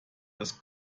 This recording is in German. das